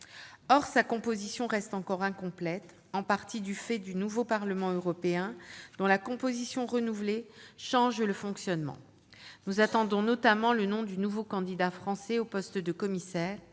Or sa composition reste encore incomplète, en partie du fait du nouveau Parlement européen dont les équilibres renouvelés changent le fonctionnement. Nous attendons notamment le nom du nouveau candidat français au poste de commissaire.